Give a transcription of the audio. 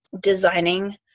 designing